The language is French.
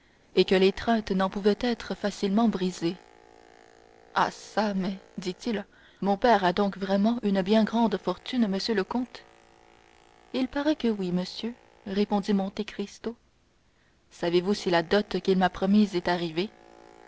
et que l'étreinte n'en pouvait être facilement brisée ah çà mais dit-il mon père a donc vraiment une bien grande fortune monsieur le comte il paraît que oui monsieur répondit monte cristo savez-vous si la dot qu'il m'a promise est arrivée